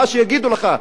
מה שיגידו לך.